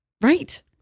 Right